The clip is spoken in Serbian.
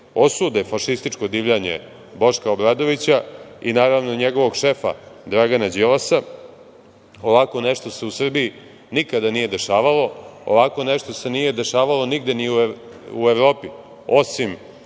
osude fašističko divljanje Boška Obradovića i, naravno, njegovog šefa Dragana Đilasa. Ovako nešto se u Srbiji nikada nije dešavalo. Ovako nešto se nije dešavalo nigde ni u Evropi, osim